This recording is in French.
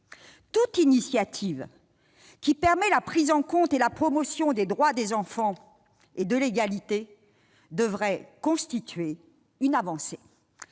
Toute initiative qui permet la prise en compte et la promotion des droits des enfants et de l'égalité devrait constituer une avancée,